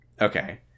Okay